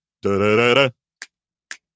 Da-da-da-da